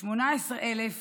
כ-18,000